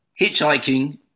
hitchhiking